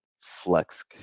flex